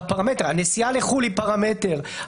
הנסיעה לחו"ל היא פרמטר,